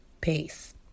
Peace